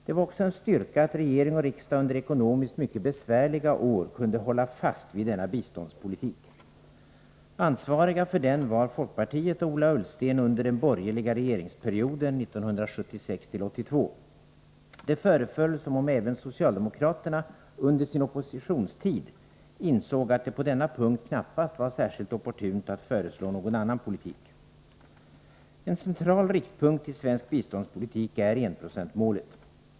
Det var också en styrka att regering och riksdag under ekonomiskt mycket besvärliga år kunde hålla fast vid denna biståndspolitik. Under den borgerliga regeringsperioden 1976-1982 var folkpartiet och Ola Ullsten ansvariga för den. Det föreföll som om även socialdemokraterna under sin oppositionstid insåg att det på denna punkt knappast var särskilt opportunt att föreslå någon annan politik. Enprocentsmålet är en central riktpunkt i svensk biståndspolitik.